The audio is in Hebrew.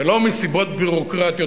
ולא מסיבות ביורוקרטיות,